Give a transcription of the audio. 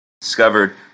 discovered